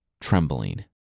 trembling